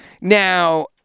Now